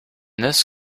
this